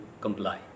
comply